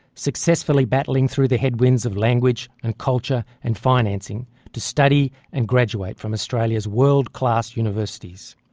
successfully battling through the headwinds of language and culture and financing to study and graduate from australia's world class universities.